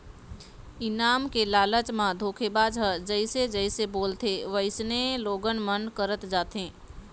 इनाम के लालच म धोखेबाज ह जइसे जइसे बोलथे वइसने लोगन मन करत जाथे